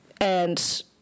and-